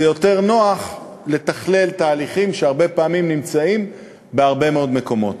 זה יותר נוח לתכלל תהליכים שהרבה פעמים נמצאים בהרבה מאוד מקומות.